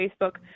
Facebook